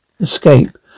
escape